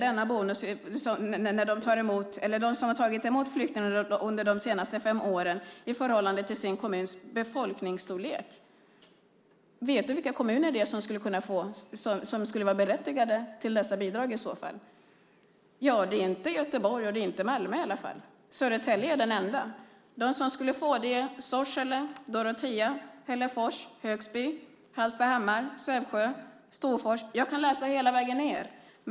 De som har tagit emot flyktingar under de senaste fem år ska få ersättning i förhållande till sin kommuns befolkningsstorlek. Vet du vilka kommuner det är som skulle vara berättigade till dessa bidrag i så fall, Luciano? Det är inte Göteborg, och det är inte Malmö i alla fall. Södertälje är den enda. De som skulle få är Sorsele, Dorotea, Hällefors, Högsby, Hallstahammar, Sävsjö och Storfors. Jag kan läsa hela vägen ned.